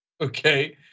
okay